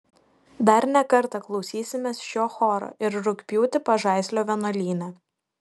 dar ne kartą klausysimės šio choro ir rugpjūtį pažaislio vienuolyne